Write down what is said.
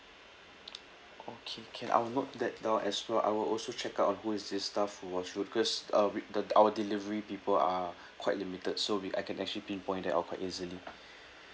okay can I will note that down as well I will also check out on who is this staff who was request uh with the our delivery people are quite limited so we I can actually pinpoint that uh quite easily